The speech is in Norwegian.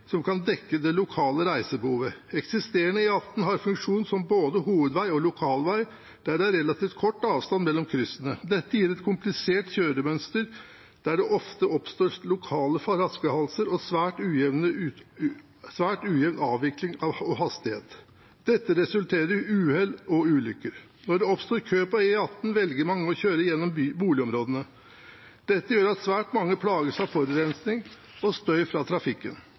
som kan dekke det lokale reisebehovet. Eksisterende E18 har funksjon som både hovedveg og lokalveg, der det er relativt kort avstand mellom kryssene. Dette gir et komplisert kjøremønster der det ofte oppstår lokale flaskehalser, og svært ujevn avvikling og hastighet. Dette resulterer i uhell og ulykker. Når det oppstår kø på E18 velger mange å kjøre gjennom boligområdene. Dette gjør at svært mange plages av forurensning og støy fra trafikken.